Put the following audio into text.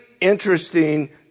interesting